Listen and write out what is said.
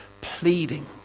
pleading